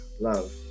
Love